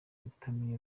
kutamenya